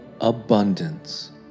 abundance